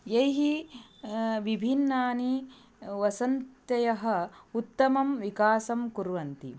यैः विभिन्नानि वसन्तयः उत्तमं विकासं कुर्वन्ति